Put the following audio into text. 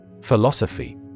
Philosophy